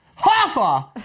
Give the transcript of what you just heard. Hoffa